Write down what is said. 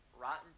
Rotten